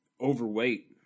overweight